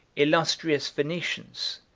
illustrious venetians,